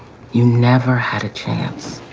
you never had a chance,